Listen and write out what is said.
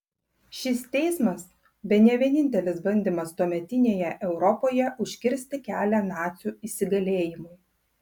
šis teismas bene vienintelis bandymas tuometinėje europoje užkirsti kelią nacių įsigalėjimui